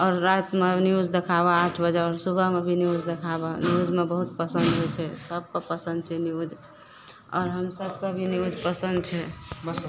आओ रातिमे न्यूज देखाबऽ आठ बजेमे सुबहमे भी न्यूज देखाबऽ न्यूजमे बहुत पसन्द होइ छै सबके पसन्द छै न्यूज आओर हमसब सब न्यूज पसन्द छै बस